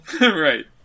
Right